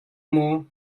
maw